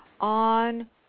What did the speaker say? on